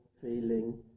feeling